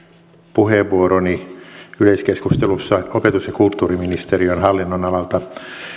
puheenvuoroni yleiskeskustelussa opetus ja kulttuuriministeriön hallinnonalalta